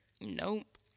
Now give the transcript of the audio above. Nope